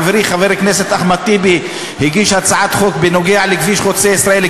חברי חבר הכנסת אחמד טיבי הגיש הצעת חוק בנוגע לכביש חוצה-ישראל,